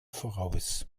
voraus